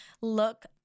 look